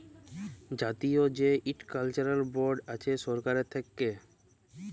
জাতীয় যে horticulture board আছে সরকার থাক্যে